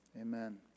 Amen